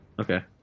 Okay